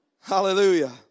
hallelujah